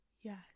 yes